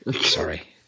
Sorry